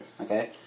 okay